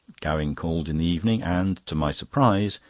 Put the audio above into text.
gowing called in the evening and, to my surprise,